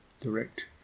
direct